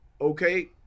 okay